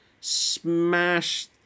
smash